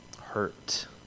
hurt